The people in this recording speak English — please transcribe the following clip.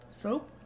Soap